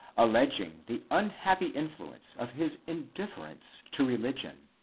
alleging the unhappy influence of his indif ference to religion.